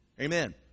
Amen